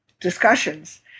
discussions